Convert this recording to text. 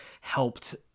helped